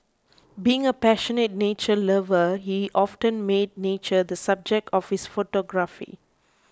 being a passionate nature lover he often made nature the subject of his photography